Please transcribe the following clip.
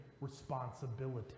responsibility